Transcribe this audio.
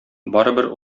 барыбер